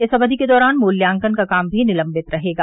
इस अवधि के दौरान मूल्यांकन का काम भी निलंबित रहेगा